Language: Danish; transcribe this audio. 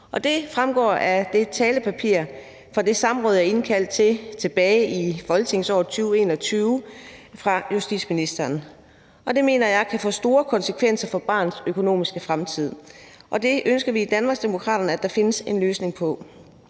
Det fremgår af talepapiret fra det samråd, jeg indkaldte til tilbage i folketingsåret 2020-21, fra justitsministeren, og det mener jeg kan få store konsekvenser for barnets økonomiske fremtid. Det ønsker vi i Danmarksdemokraterne at der findes en løsning på,